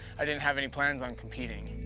i didn't have any plans on competing.